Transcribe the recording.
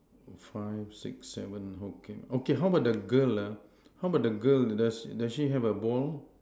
five six seven okay okay how about the girl ah how about the girl does does she have a ball